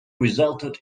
resulted